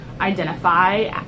identify